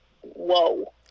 whoa